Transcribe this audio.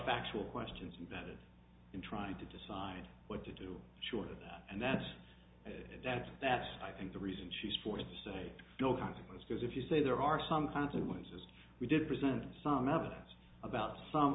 factual questions invested in trying to decide what to do short of that and that's it that's that's i think the reason she's forced to say no consequence because if you say there are some consequences we did present some evidence about some